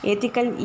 Ethical